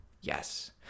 yes